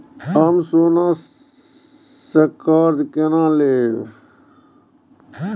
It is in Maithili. हम सोना से कर्जा केना लैब?